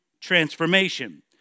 transformation